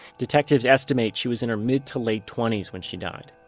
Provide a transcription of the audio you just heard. detectives estimated she was in her mid-to-late twenties when she died.